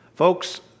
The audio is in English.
Folks